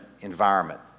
environment